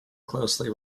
closely